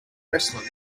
wrestler